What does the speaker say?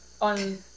on